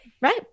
right